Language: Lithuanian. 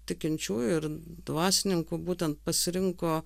tikinčiųjų ir dvasininkų būtent pasirinko